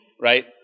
right